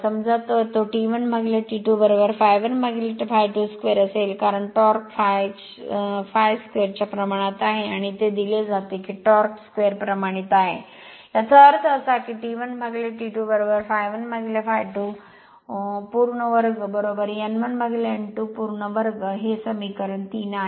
समजा तर तो T1 T2 ∅1 ∅2 स्क्वेअर असेल कारण टॉर्क ∅ स्क्वेअर च्या प्रमाणात आहे आणि ते दिले जाते की टॉर्क n स्क्वेअर प्रमाणित आहे याचा अर्थ असा की T1 T2 ∅1 ∅2 whole square n1 n2 whole square हे समीकरण 3 आहे